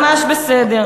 ממש בסדר.